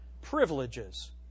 privileges